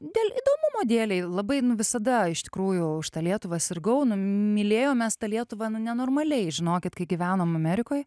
dėl įdomumo dėlei labai nu visada iš tikrųjų už tą lietuvą sirgau nu mylėjom mes tą lietuvą nu nenormaliai žinokit kai gyvenom amerikoj